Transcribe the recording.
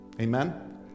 Amen